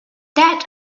that